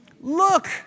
Look